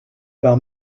par